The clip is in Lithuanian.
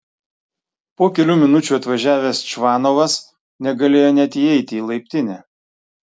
po kelių minučių atvažiavęs čvanovas negalėjo net įeiti į laiptinę